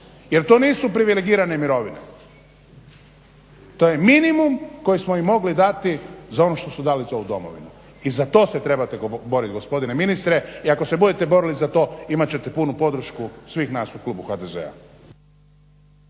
jer to nisu privilegirane mirovine. To je minimum koji smo im mogli dati za ono što su dali za ovu domovinu. I za to se trebate boriti gospodine ministre i ako se budete borili za to imat ćete punu podršku svih nas u klubu HDZ-a.